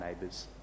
neighbours